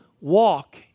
walk